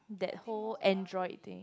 that whole Android thing